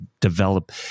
develop